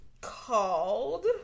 called